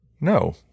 No